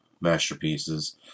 masterpieces